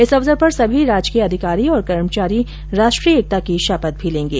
इस अवसर पर सभी राजकीय अधिकारी और कर्मचारी राष्ट्रीय एकता की शपथ भी लेंगे